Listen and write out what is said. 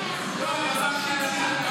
שום שינוי.